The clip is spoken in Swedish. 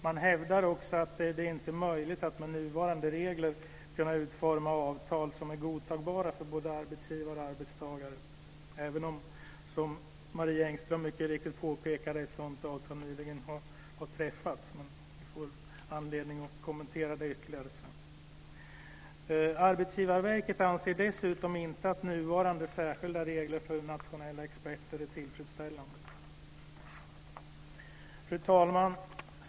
Man hävdar också att det inte är möjligt att med nuvarande regler utforma avtal som är godtagbara för både arbetsgivare och arbetstagare - även om, som Marie Engström mycket riktigt påpekar, ett sådant avtal nyligen har träffats. Vi får väl anledning att kommentera det ytterligare sedan. Arbetsgivarverket anser dessutom inte att nuvarande särskilda regler för nationella experter är tillfredsställande. Fru talman!